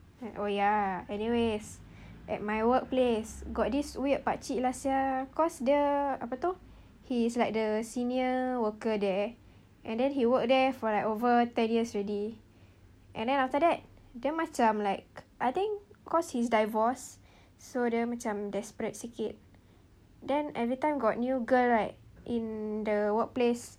and oh ya anyways at my workplace got this weird pakcik lah sia cause dia apa itu he is like the senior worker there and then he work there for like over ten years already and then after that dia macam like I think cause he's divorced so dia macam desperate sikit then every time got new girl right in the workplace